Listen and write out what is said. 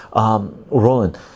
Roland